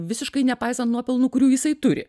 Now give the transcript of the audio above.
visiškai nepaisant nuopelnų kurių jisai turi